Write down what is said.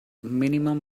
minimum